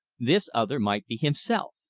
this other might be himself.